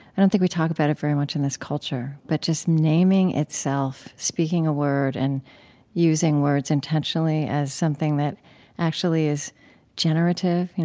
i don't think we talk about it very much in this culture, but just naming itself, speaking a word and using words intentionally as something that actually is generative,